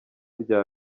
rya